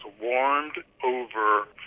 warmed-over